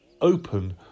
open